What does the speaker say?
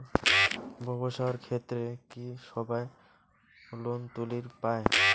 ব্যবসার ক্ষেত্রে কি সবায় লোন তুলির পায়?